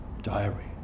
diary